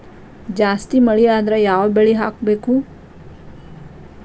ಜಾಸ್ತಿ ಮಳಿ ಆದ್ರ ಯಾವ ಬೆಳಿ ಹಾಕಬೇಕು?